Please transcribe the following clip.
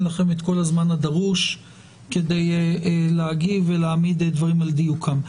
לכם את כל הזמן הדרוש כדי להגיב ולהעמיד דברים על דיוקם.